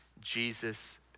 Jesus